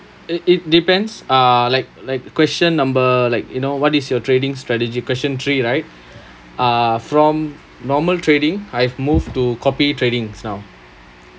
it it depends uh like like question number like you know what is your trading strategy question three right uh from normal trading I've moved to copy tradings now